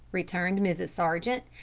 returned mrs. sargent.